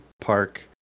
park